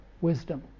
wisdom